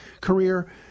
career